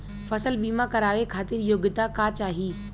फसल बीमा करावे खातिर योग्यता का चाही?